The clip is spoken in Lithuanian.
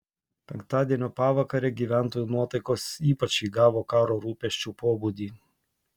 penktadienio pavakare gyventojų nuotaikos ypač įgavo karo rūpesčių pobūdį